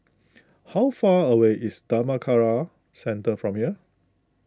how far away is Dhammakaya Centre from here